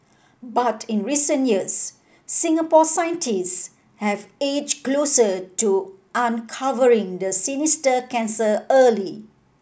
but in recent years Singapore scientists have edged closer to uncovering the sinister cancer early